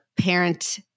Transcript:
parent